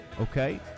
Okay